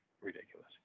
ridiculous